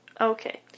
Okay